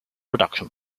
reduction